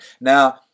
now